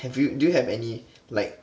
have you do you have any like